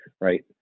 right